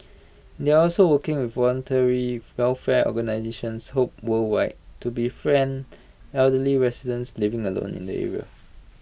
they also working with voluntary welfare organisations hope worldwide to befriend elderly residents living alone in the area